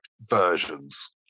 versions